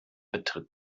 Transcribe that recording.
betritt